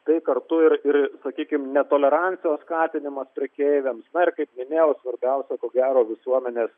tai kartu ir ir sakykim netolerancijos skatinimas prekeiviams na ir kaip minėjau svarbiausia ko gero visuomenės